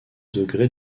degré